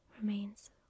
remains